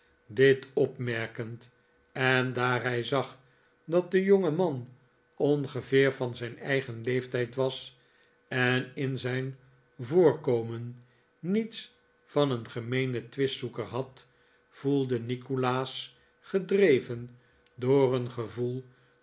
dit opmerkend en daar hij zag dat de jongeman ongeveer van zijn eigen leeftijd was en in zijn voorkomen niets van een gemeenen twistzoeker had voelde nikolaas gedreven door een gevoel